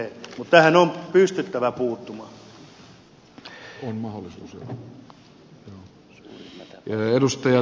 mutta tähän on pystyttävä puuttumaan